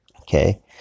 Okay